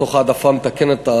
תוך העדפה מתקנת,